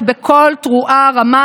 אדוני ראש הממשלה,